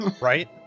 right